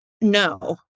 No